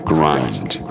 Grind